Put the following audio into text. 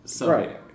right